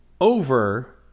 Over